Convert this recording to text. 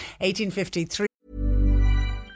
1853